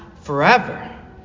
forever